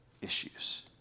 issues